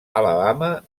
alabama